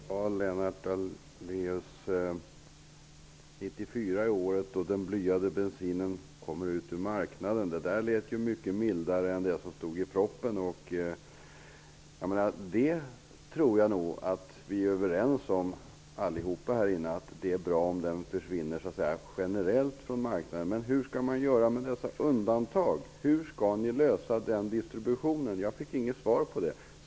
Fru talman! Lennart Daléus säger att 1994 är året då den blyade bensinen kommer bort från marknaden. Det lät ju mycket mildare än det som stod i propositionen. Jag tror nog att vi alla här inne är överens om att det är bra om den försvinner generellt från marknaden. Men hur skall ni göra med dessa undantag? Hur skall ni klara distributionen? Jag fick inget svar på den frågan.